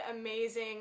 amazing